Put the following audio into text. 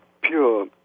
pure